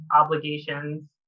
obligations